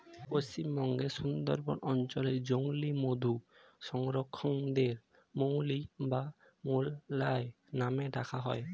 পশ্চিমবঙ্গের সুন্দরবন অঞ্চলে জংলী মধু সংগ্রাহকদের মৌলি বা মৌয়াল নামে ডাকা হয়